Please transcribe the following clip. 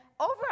over